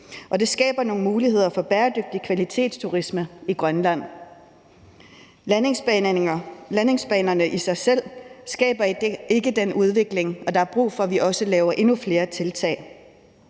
det skaber nogle muligheder for bæredygtig kvalitetsturisme i Grønland. Landingsbanerne i sig selv skaber ikke den udvikling, og der er brug for, at vi også laver endnu flere tiltag.